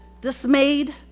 Dismayed